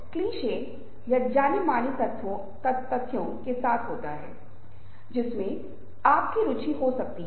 इसलिए मैं पहले एक के साथ शुरुआत करूंगा जिसे नोबल कम्युनिकेशन परिसरThe Noble Communication Premise कहा जाता है